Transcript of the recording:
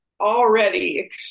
already